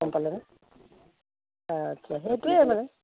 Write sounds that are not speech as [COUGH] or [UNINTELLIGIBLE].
[UNINTELLIGIBLE] আচ্ছা সেইটোৱেই মানে